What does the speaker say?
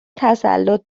تسلط